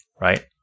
Right